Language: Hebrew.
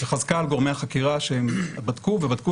וחזקה על גורמי החקירה שהם בדקו ובדקו